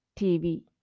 tv